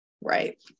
right